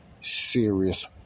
serious